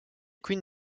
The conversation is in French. queen